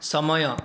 ସମୟ